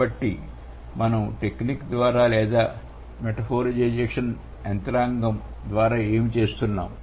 కాబట్టి మనం టెక్నిక్ ద్వారా లేదా మెటఫోరిజేషన్ యంత్రాంగం ద్వారా ఏమి చేస్తున్నాము